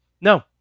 No